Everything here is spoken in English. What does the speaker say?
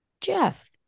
Jeff